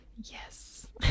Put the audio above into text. Yes